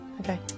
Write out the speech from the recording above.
Okay